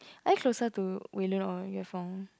are you closer to wei-lun or yue-feng your phone